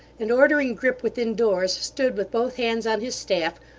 and ordering grip within doors, stood with both hands on his staff,